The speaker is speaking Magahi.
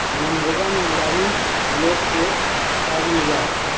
मनरेगा में ग्रामीण लोग के कार्य मिला हई